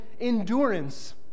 endurance